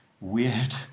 weird